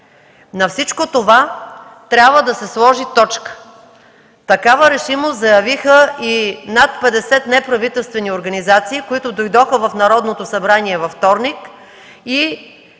На всичко това трябва да се сложи точка. Такава решимост заявиха и над 50 неправителствени организации, които дойдоха в Народното събрание във вторник и